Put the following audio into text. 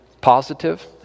positive